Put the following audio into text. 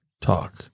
talk